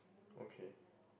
okay